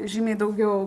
žymiai daugiau